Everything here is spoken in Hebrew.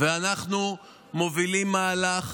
ואנחנו מובילים מהלך